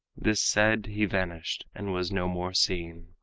this said, he vanished, and was no more seen.